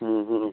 हूँ हूँ